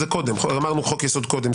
אמרנו חוק יסוד קודם.